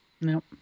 No